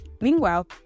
Meanwhile